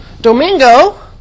Domingo